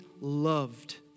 loved